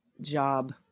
job